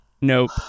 Nope